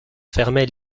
fermait